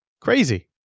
Crazy